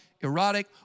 erotic